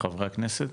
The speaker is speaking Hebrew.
חברי הכנסת?